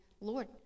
Lord